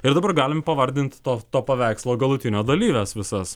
ir dabar galim pavardint to to paveikslo galutinio dalyves visas